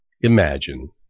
Imagine